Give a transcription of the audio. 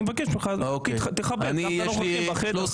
אני מבקש ממך לכבד גם את הנוכחים בחדר,